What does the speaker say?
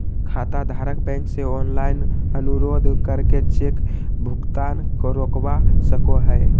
खाताधारक बैंक से ऑनलाइन अनुरोध करके चेक भुगतान रोकवा सको हय